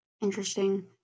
interesting